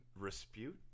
Respute